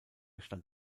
stand